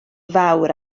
fawr